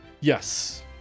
Yes